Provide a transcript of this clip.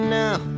now